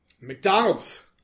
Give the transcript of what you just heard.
McDonald's